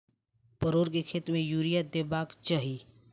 परोर केँ खेत मे यूरिया देबाक चही?